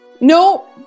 No